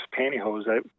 pantyhose